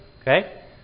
Okay